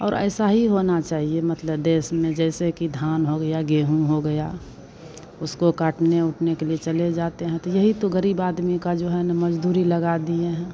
और ऐसा ही होना चाहिए मतलब देश में जैसे कि धान हो गया गेहूँ हो गया उसको काटने ऊटने के लिए चले जाते हैं तो यही तो गहरीब आदमी का जो है ना मज़दूरी लगा दिए हैं